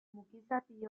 mukizapi